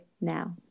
now